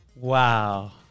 Wow